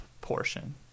portion